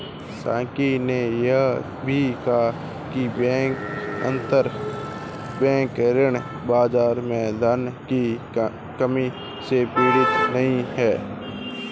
साकी ने यह भी कहा कि बैंक अंतरबैंक ऋण बाजार में धन की कमी से पीड़ित नहीं हैं